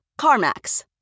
CarMax